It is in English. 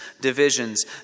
divisions